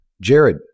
Jared